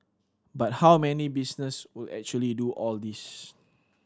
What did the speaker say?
but how many business would actually do all this